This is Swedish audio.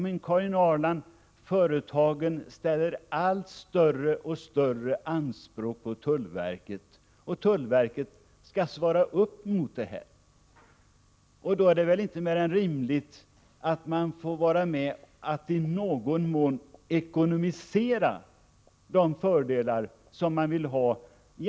Men, Karin Ahrland, företagen ställer allt större anspråk på tullverket och vill att tullverket skall svara upp mot dessa krav. Då är det väl inte mer än rimligt att företagen får vara med och i någon mån ekonomisera de fördelar som de vill ha.